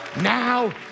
Now